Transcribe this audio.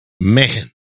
Man